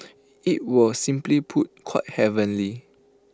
IT was simply put quite heavenly